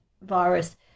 virus